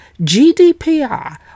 GDPR